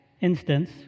instance